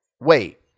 wait